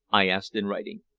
i asked in writing.